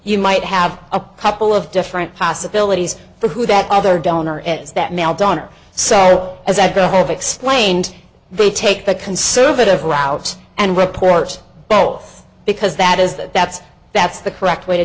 you might have a couple of different possibilities for who that other donor is that male donor so as i go have explained they take the conservative route and report both because that is that that's that's the correct way to